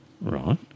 Right